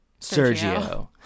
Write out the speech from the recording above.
Sergio